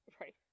Right